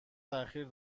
تاخیر